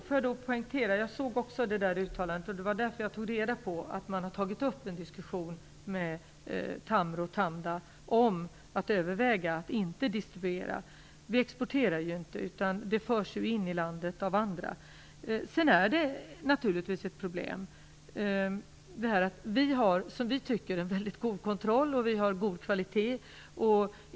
Fru talman! Jag såg också det uttalandet. Det var därför jag tog reda på att Apoteksbolaget har tagit upp en diskussion med Tamro och Tamda om att överväga att inte distribuera läkemedlet. Det exporteras ju inte av bolaget, utan förs in i landet av andra. Detta är naturligtvis ett problem. Vi tycker att vi har en mycket god kontroll, och vi har en god kvalitet.